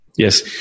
Yes